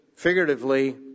figuratively